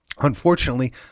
Unfortunately